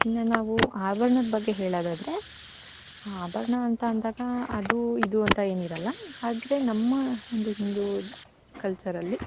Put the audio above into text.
ಇನ್ನು ನಾವು ಆಭರ್ಣದ ಬಗ್ಗೆ ಹೇಳೋದಾದರೆ ಆಭರ್ಣ ಅಂತ ಅಂದಾಗ ಅದು ಇದು ಅಂತ ಎನಿರೋಲ್ಲ ಆದರೆ ನಮ್ಮ ಒಂದು ಹಿಂದೂ ಕಲ್ಚರಲ್ಲಿ